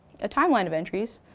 a time line of entries,